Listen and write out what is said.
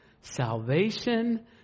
salvation